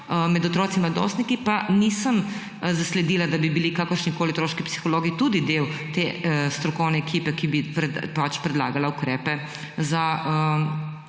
vaši strokovni skupini, vsaj nisem zasledila, da bi bili kakršnikoli otroški psihologi tudi del te strokovne ekipe, ki bi predlagala ukrepe za